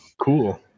cool